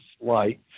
light